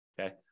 Okay